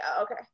okay